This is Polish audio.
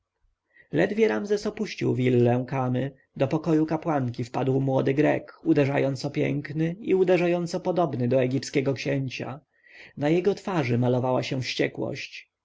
ledwie ramzes opuścił willę kamy do pokoju kapłanki wpadł młody grek uderzająco piękny i uderzająco podobny do egipskiego księcia na jego twarzy malowała się wściekłość